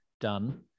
done